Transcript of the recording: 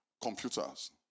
computers